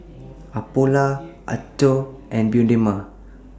Apollo Anchor and Bioderma